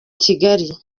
kigali